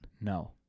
No